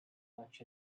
much